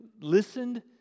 listened